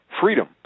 freedom